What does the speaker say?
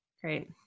Great